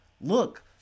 look